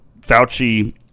Fauci